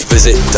Visit